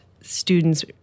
students